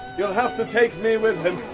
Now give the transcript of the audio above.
you'll have to take me with him.